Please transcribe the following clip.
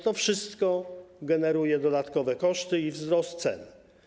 To wszystko generuje dodatkowe koszty i wzrost cen.